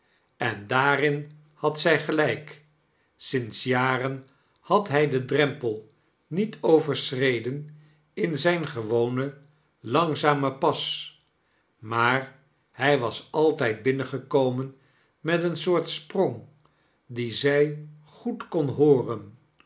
en daarin had zij gelijk sinds jaren had hij den drempel niet overschreden in zijn gewonen langzamen pas maar hij was altijd binnengekomen met een soort sprong dien zij goed kon hooren